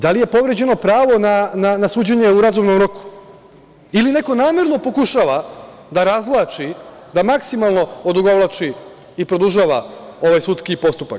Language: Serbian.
Da li je povređeno pravo na suđenje u razumnom roku ili neko namerno pokušava da razvlači, da maksimalno odugovlači i produžava ovaj sudski postupak?